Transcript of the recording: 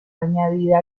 añadida